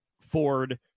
Ford